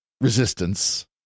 resistance